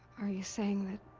are you saying that.